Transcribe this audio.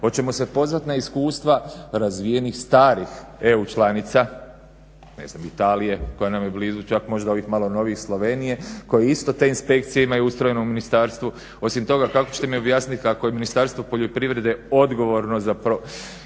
Hoćemo se pozvati na iskustva razvijenih starih EU članica, ne znam Italije koja nam je blizu, čak možda ovih malo novijih Slovenije koja isto te inspekcije ima ustrojene u ministarstvu. Osim toga kako ćete mi objasniti kako je Ministarstvo poljoprivrede odgovorno i chek point